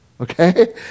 Okay